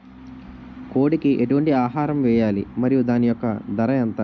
కోడి కి ఎటువంటి ఆహారం వేయాలి? మరియు దాని యెక్క ధర ఎంత?